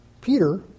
Peter